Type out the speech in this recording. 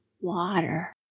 water